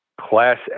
class